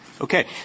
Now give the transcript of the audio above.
Okay